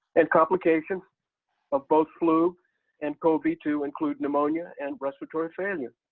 and complication of both flu and cov two include pneumonia and respiratory failure.